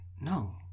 no